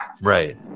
right